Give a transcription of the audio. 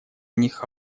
них